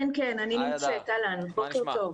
בוקר טוב.